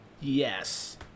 Yes